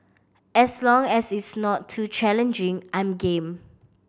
as long as it's not too challenging I'm game